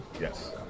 Yes